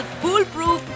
foolproof